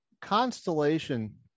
constellation